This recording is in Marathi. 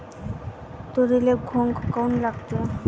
तुरीले घुंग काऊन लागते?